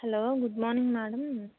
hello good morning madam